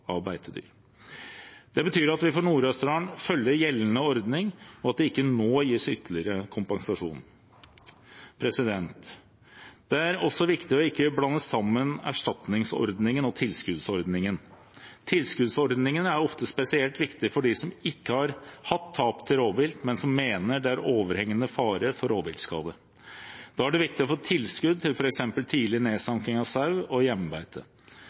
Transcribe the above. av beitedyr. Det betyr at vi for Nord-Østerdal følger gjeldende ordning, og at det ikke nå gis ytterligere kompensasjon. Det er også viktig ikke å blande sammen erstatningsordningen og tilskuddsordningen. Tilskuddsordningen er ofte spesielt viktig for dem som ikke har hatt tap til rovvilt, men som mener det er overhengende fare for rovviltskade. Da er det viktig å få tilskudd til f.eks. tidlig nedsanking av sau og hjemmebeite.